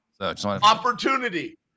Opportunity